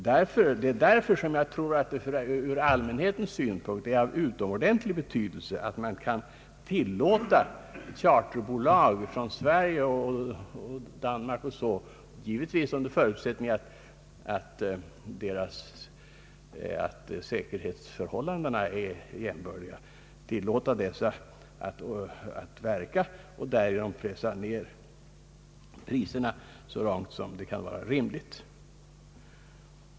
Därför tror jag att det från allmänhetens synpunkt är av utomordentlig betydelse att charterbolag från Sverige, Danmark m.fl. länder så långt som det kan vara rimligt tillåtes att verka, så att priserna därigenom pressas — givetvis under förutsättning att säkerhetsförhållandena är jämbördiga.